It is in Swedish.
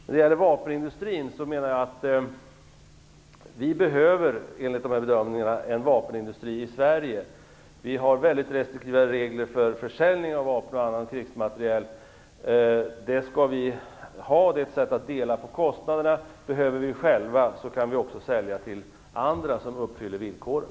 När det gäller vapenindustrin behöver vi, enligt bedömningarna, en vapenindustri i Sverige. Vi har väldigt restriktiva regler för försäljning av vapen och annan krigsmateriel. Det skall vi ha; det är ett sätt att dela på kostnaderna. Vi kan också sälja till andra, som uppfyller villkoren.